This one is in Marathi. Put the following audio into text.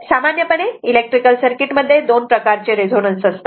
सामान्यपणे इलेक्ट्रिकल सर्किट मध्ये दोन प्रकारचे रेझोनन्स असतात